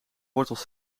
wortels